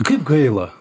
kaip gaila